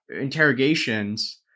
interrogations